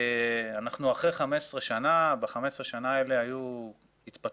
אנחנו אחרי 15 שנים וב-15 השנים האלה היו התפתחויות